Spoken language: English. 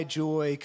joy